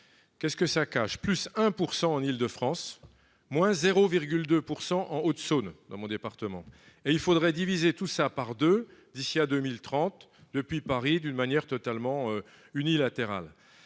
Qu'est-ce que ça cache plus 1% en Île-de-France, moins 0,2% en Haute-Saône, dans mon département et il faudrait diviser tout ça par 2 d'ici à 2030. Depuis Paris, d'une manière totalement unilatérale.